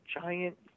giant